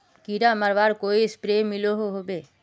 कीड़ा मरवार कोई स्प्रे मिलोहो होबे?